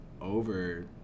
over